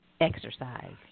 exercise